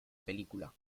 película